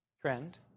trend